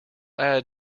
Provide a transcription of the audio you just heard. add